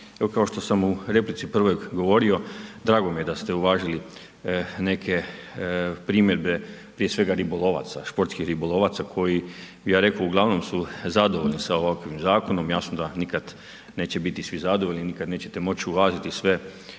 kao što sam u replici prvoj govorio drago mi je da ste uvažili neke primjedbe prije svega ribolovaca, športskih ribolovaca koji bi ja reko u glavnom su zadovoljni sa ovakvim zakonom, jasno da nikad neće biti svi zadovoljni, nikad nećete moći uvažiti sve primjedbe,